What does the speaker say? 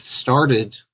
started